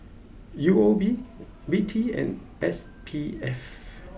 U O B V T and S P F